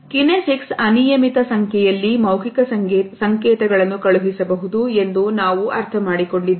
ಚಿನಸೆಕ್ಸ್ ಅನಿಯಮಿತ ಸಂಖ್ಯೆಯಲ್ಲಿ ಮೌಖಿಕ ಸಂಕೇತಗಳನ್ನು ಕಳುಹಿಸಬಹುದು ಎಂದು ನಾವು ಅರ್ಥಮಾಡಿಕೊಂಡಿದ್ದೇವೆ